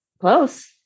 Close